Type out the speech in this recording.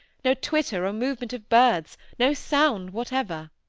no twitter or movement of birds no sound whatever.